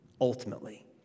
ultimately